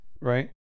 Right